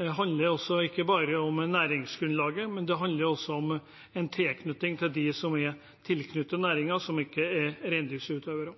er, handler det ikke bare om næringsgrunnlaget, det handler også om en tilknytning til dem som er tilknyttet næringen, men som ikke er reindriftsutøvere.